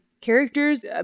characters